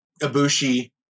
Ibushi